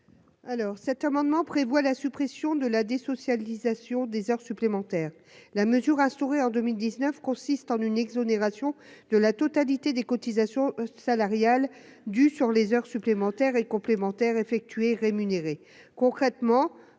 Alors cet amendement prévoit la suppression de la désocialisation des heures supplémentaires, la mesure instaurée en 2019 consiste en une exonération de la totalité des cotisations salariales du sur les heures supplémentaires et complémentaires effectués rémunéré